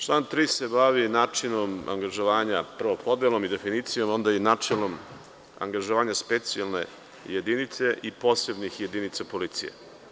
Član 3. se bavi načinom angažovanja, prvo podelom i definicijom, onda i načinom angažovanja specijalne jedinice i posebnih jedinica policije.